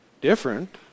different